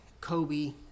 Kobe